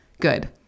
Good